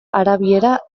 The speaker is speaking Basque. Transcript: arabiera